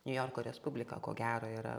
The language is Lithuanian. niujorko respublika ko gero yra